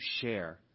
share